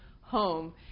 home